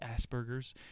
Asperger's